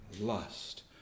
lust